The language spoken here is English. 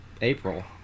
April